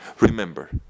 Remember